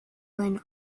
been